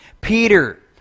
Peter